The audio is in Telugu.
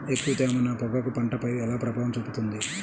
ఎక్కువ తేమ నా పొగాకు పంటపై ఎలా ప్రభావం చూపుతుంది?